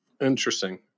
Interesting